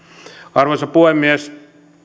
arvoisa puhemies